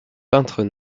peintres